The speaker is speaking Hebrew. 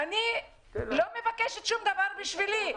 אני לא מבקשת שום דבר בשבילי,